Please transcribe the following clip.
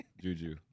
Juju